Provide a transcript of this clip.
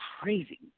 crazy